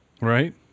Right